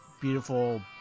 beautiful